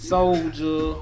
Soldier